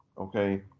Okay